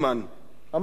ממש פה עכשיו.